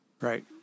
Right